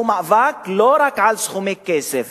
זה מאבק לא רק על סכומי כסף